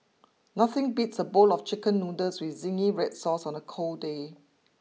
nothing beats a bowl of chicken noodles with zingy Red Sauce on a cold day